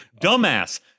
Dumbass